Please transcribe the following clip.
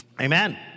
Amen